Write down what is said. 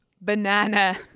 banana